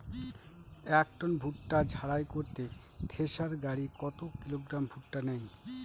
এক টন ভুট্টা ঝাড়াই করতে থেসার গাড়ী কত কিলোগ্রাম ভুট্টা নেয়?